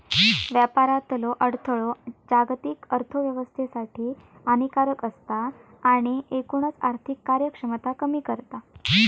व्यापारातलो अडथळो जागतिक अर्थोव्यवस्थेसाठी हानिकारक असता आणि एकूणच आर्थिक कार्यक्षमता कमी करता